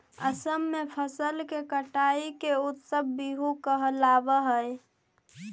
असम में फसल के कटाई के उत्सव बीहू कहलावऽ हइ